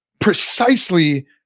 precisely